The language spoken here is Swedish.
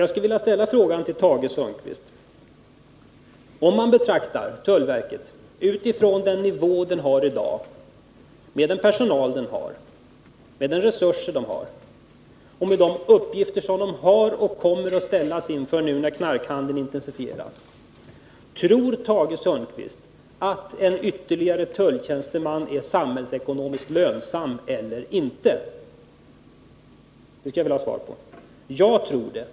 Jag skulle vilja ställa frågan till Tage Sundkvist: Om man betraktar tullverket utifrån den nivå det har i dag, med den personal det har, med de resurser det har och med de uppgifter det har och kommer att ställas inför nu när knarkhandeln intensifieras, tror Tage Sundkvist att en ytterligare tulltjänsteman är samhällsekonomiskt lönsam eller inte? Det skulle jag vilja ha svar på. Jag tror det.